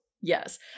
Yes